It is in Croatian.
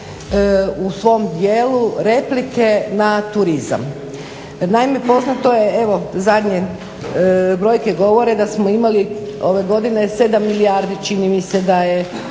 u svom dijelu replike na turizam. Naime, poznato je evo zadnje brojke govore da smo imali ove godine 7 milijardi čini mi se da je